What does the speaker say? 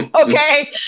Okay